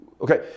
Okay